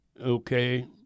okay